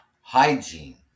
Hygiene